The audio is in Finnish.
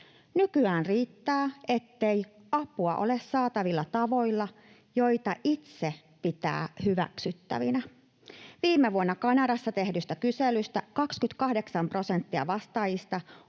Nykyään riittää, ettei ”apua ole saatavilla tavoilla, joita itse pitää hyväksyttävinä”. Viime vuonna Kanadassa tehdyssä kyselyssä 28 prosenttia vastaajista